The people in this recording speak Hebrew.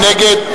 נגד?